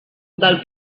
del